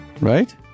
Right